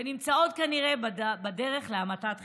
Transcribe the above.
ונמצאות כנראה בדרך להמתת חסד.